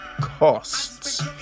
Costs